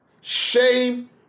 Shame